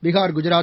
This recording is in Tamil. பீகார் குஜராத்